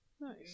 Nice